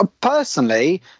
Personally